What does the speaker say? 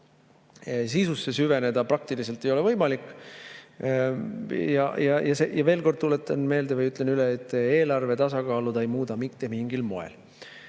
Sisusse süveneda praktiliselt ei ole võimalik. Ja ma veel kord tuletan meelde või ütlen üle, et eelarve tasakaalu see ei muuda mitte mingil moel. Kui